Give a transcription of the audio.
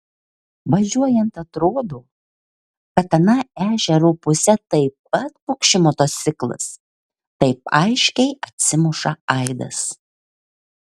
važiuojant atrodo kad ana ežero puse taip pat pukši motociklas taip aiškiai atsimuša aidas